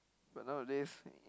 but nowadays